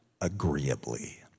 agreeably